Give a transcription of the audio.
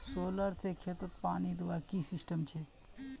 Solar से खेतोत पानी दुबार की सिस्टम छे?